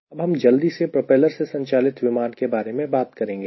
अब हम जल्दी से प्रोपेलर से संचालित विमान के बारे में बात करेंगे